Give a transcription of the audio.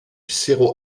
cerro